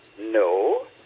No